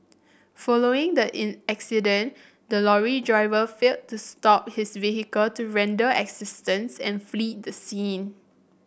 following the in accident the lorry driver failed to stop his vehicle to render assistance and fled the scene